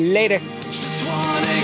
Later